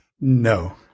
No